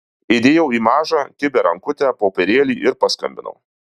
įdėjau į mažą kibią rankutę popierėlį ir paskambinau